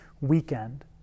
weekend